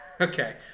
okay